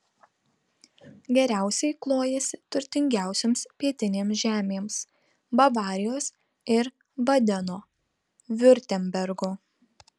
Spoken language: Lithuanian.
geriausiai klojasi turtingiausioms pietinėms žemėms bavarijos ir badeno viurtembergo